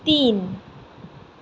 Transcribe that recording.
तीन